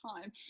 time